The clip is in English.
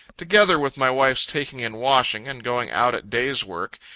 together with my wife's taking in washing and going out at day's work,